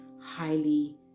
highly